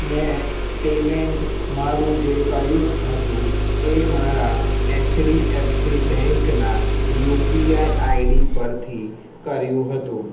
મેં પેમેન્ટ મારું જે કર્યું હતું એ મારા એચડીએફસી બેન્કના યુપીઆઈ આઈડી પરથી કર્યું હતું